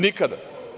Nikada.